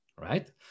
right